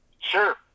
Sure